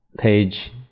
page